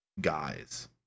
guys